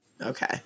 Okay